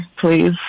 please